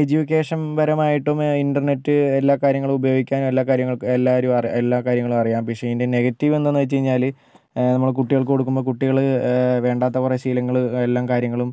education പരമായിട്ടും internet എല്ലാ കാര്യങ്ങളും ഉപയോഗിക്കാനും എല്ലാ കാര്യങ്ങൾക്കും എല്ലാവരും അറിയാൻ എല്ലാ കാര്യങ്ങളും അറിയാം പക്ഷേ ഇതിൻ്റെ നെഗറ്റീവെന്തെന്നു വെച്ച് കഴിഞ്ഞാൽ നമ്മൾ കുട്ടികൾക്ക് കൊടുക്കുമ്പോൾ കുട്ടികള് വേണ്ടാത്ത കുറെ ശീലങ്ങൾ എല്ലാം കാര്യങ്ങളും